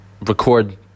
Record